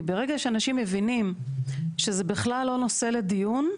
כי ברגע שאנשים מבינים שזה בכלל לא נושא לדיון,